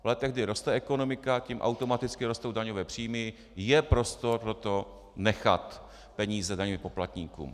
V letech, kdy roste ekonomika, tím automaticky rostou daňové příjmy, je prostor pro to nechat peníze daňovým poplatníkům.